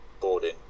boarding